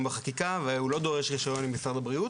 בחקיקה והוא לא דורש רישיון ממשרד הבריאות.